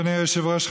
אדוני היושב-ראש,